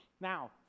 Now